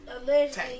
allegedly